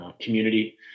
community